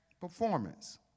performance